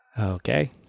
okay